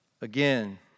again